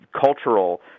cultural